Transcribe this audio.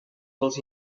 dels